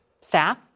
Staff